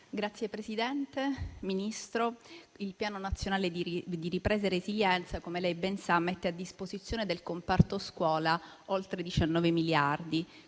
Signor Presidente, signor Ministro, il Piano nazionale di ripresa e resilienza, come lei ben sa, mette a disposizione del comparto scuola oltre 19 miliardi.